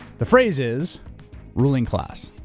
the phrase is ruling class.